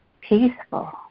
peaceful